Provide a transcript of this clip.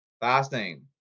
Fasting